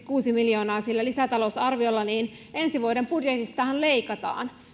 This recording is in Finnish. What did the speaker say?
kuusi miljoonaa lisätalousarviolla niin ensi vuoden budjetistahan leikataan